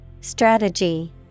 Strategy